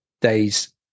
days